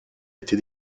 été